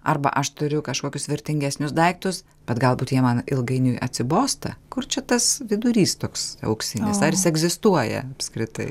arba aš turiu kažkokius vertingesnius daiktus bet galbūt jie man ilgainiui atsibosta kur čia tas vidurys toks auksinis ar jis egzistuoja apskritai